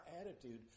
attitude